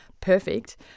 perfect